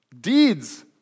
deeds